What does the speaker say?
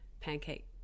Pancake